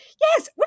Yes